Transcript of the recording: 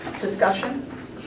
discussion